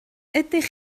ydych